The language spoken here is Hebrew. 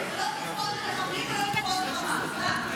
זה לא נכון למחבלים, ולא נכון לחמאס, די.